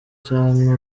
canke